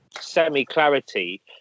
semi-clarity